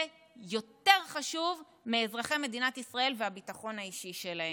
זה יותר חשוב מאזרחי מדינת ישראל והביטחון האישי שלהם,